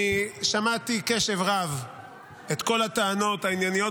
אני שמעתי בקשב רב את כל הטענות הענייניות